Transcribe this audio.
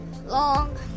long